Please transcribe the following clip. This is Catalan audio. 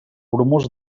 bromós